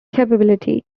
capability